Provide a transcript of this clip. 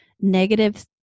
negative